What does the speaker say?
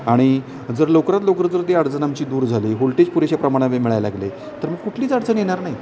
आणि जर लवकरात लवकर जर ते अडचणीची दूर झाली वोल्टेज पुरेशाच्या प्रमाणामध्ये मिळायला लागले तर मग कुठलीच अडचण येणार नाही